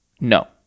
no